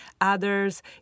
Others